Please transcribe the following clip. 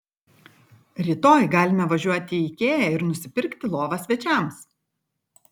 rytoj galime važiuoti į ikea ir nusipirkti lovą svečiams